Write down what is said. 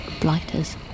blighters